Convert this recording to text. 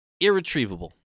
irretrievable